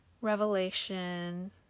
revelation